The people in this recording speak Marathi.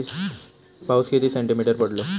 पाऊस किती सेंटीमीटर पडलो?